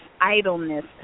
idleness